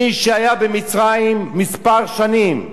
מי שהיה במצרים מספר שנים,